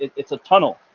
it's a tunnel.